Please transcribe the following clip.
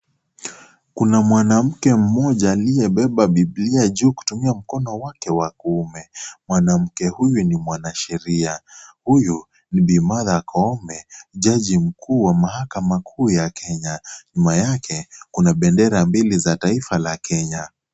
Kuna mwanamke mmoja aliyebeba Bibilia juu kutumia mkono wake wa kume. Mwanamke huyu ni mwanasheria. Huyu ni Bi Martha Koome, jaji mkuu wa mahakama kuu ya Kenya. Nyuma yake kuna pendera mbili za taifa la Kenya.